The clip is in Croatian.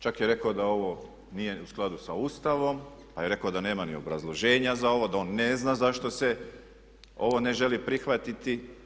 Čak je rekao da ovo nije u skladu sa Ustavom pa je rekao da nema ni obrazloženja za ovo, da on ne zna zašto se ovo ne želi prihvatiti.